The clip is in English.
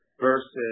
versus